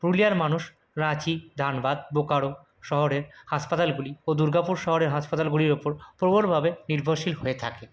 পুরুলিয়ার মানুষ রাঁচি ধানবাদ বোকারো শহরের হাসপাতালগুলি ও দুর্গাপুর শহরের হাসপাতালগুলির উপর প্রবলভাবে নির্ভরশীল হয়ে থাকে